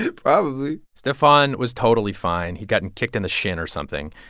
probably stephon was totally fine. he'd gotten kicked in the shin or something,